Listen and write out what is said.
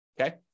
okay